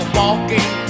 walking